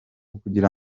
kugira